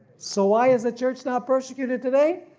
so why is the church not persecuted today?